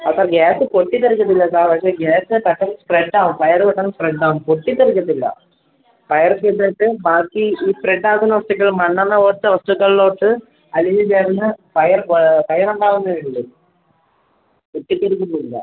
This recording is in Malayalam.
അപ്പോൾ ഗ്യാസ് പൊട്ടിത്തെറിക്കത്തില്ല സാർ പക്ഷേ ഗ്യാസ് പെട്ടന്ന് സ്പ്രെഡാവും ഫയർ പെട്ടന്ന് സ്പ്രെഡാവും പൊട്ടിത്തെറിക്കത്തില്ല ഫയറൊക്കെ ഇട്ടിട്ട് ബാക്കി ഈ സ്പ്രെഡാക്കുന്ന വസ്തുക്കൾ മണ്ണെണ്ണ പോലത്തെ വസ്തുക്കളിലോട്ട് അലിഞ്ഞ് ചേർന്ന് ഫയർ പോ ഫയറുണ്ടാവുന്നതുണ്ട് പൊട്ടിത്തെറിക്കത്തില്ല